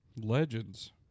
legends